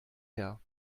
her